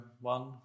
one